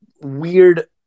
weird